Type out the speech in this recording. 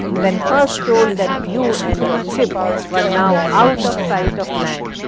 when first told that you and your ship were now out of sight of land?